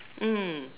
mm